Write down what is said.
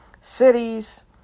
cities